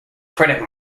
credit